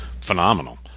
phenomenal